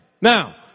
Now